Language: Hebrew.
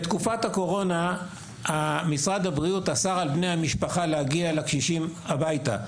בתקופת הקורונה משרד הבריאות אסר על בני משפחה להגיע אל הקשישים הביתה,